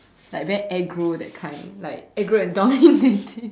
like very aggro that kind like aggro and dominating